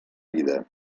vida